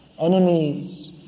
enemies